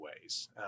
ways